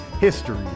history